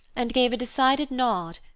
and gave a decided nod,